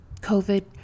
COVID